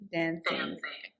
dancing